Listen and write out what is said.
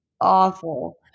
awful